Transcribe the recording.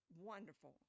wonderful